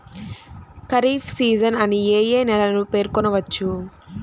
Kharif season అని ఏ ఏ నెలలను పేర్కొనవచ్చు?